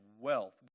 wealth